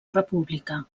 república